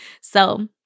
So-